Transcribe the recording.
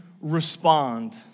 respond